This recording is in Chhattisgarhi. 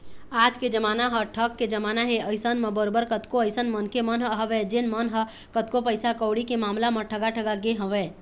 आज के जमाना ह ठग के जमाना हे अइसन म बरोबर कतको अइसन मनखे मन ह हवय जेन मन ह कतको पइसा कउड़ी के मामला म ठगा ठगा गे हवँय